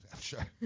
sure